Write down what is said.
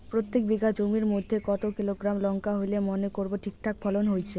প্রত্যেক বিঘা জমির মইধ্যে কতো কিলোগ্রাম লঙ্কা হইলে মনে করব ঠিকঠাক ফলন হইছে?